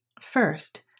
First